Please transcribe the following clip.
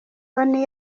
onu